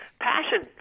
passion